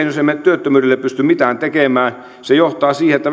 jos emme työttömyydelle pysty mitään tekemään niin sehän johtaa siihen että